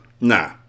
Nah